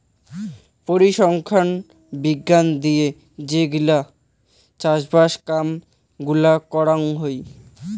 পরিসংখ্যান বিজ্ঞান দিয়ে যে গিলা চাষবাস কাম গুলা করাং হই